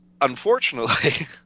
unfortunately